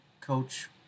coach